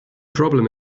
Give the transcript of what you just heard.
problem